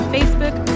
Facebook